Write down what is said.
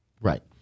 Right